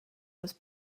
was